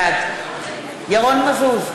בעד ירון מזוז,